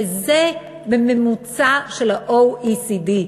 וזה בממוצע של ה-OECD.